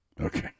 Okay